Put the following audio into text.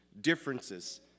differences